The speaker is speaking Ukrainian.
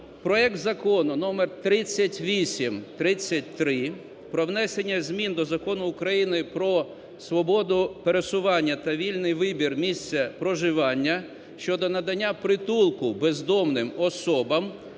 проект Закону (номер 3833) про внесення змін до Закону України про свободу пересування та вільний вибір місяця проживання (щодо надання притулку бездомним особам)